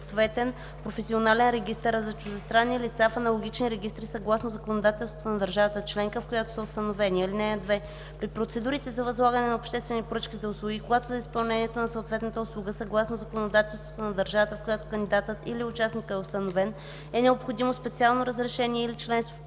съответен професионален регистър, а за чуждестранни лица – в аналогични регистри съгласно законодателството на държавата членка, в която са установени. (2) При процедурите за възлагане на обществени поръчки за услуги, когато за изпълнението на съответната услуга, съгласно законодателството на държавата, в която кандидатът или участникът е установен, е необходимо специално разрешение или членство